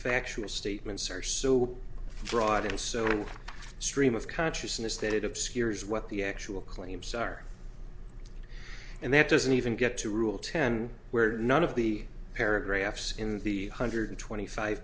factual statements are so broad and so stream of consciousness that it obscures what the actual claims are and that doesn't even get to rule ten where none of the paragraphs in the one hundred twenty five